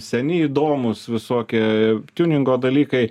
seni įdomūs visokie tiuningo dalykai